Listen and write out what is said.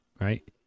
Right